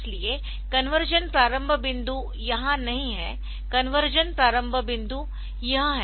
इसलिए कन्वर्शन प्रारंभ बिंदु यहां नहीं है कन्वर्शन प्रारंभ बिंदु यह है